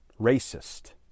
racist